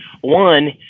One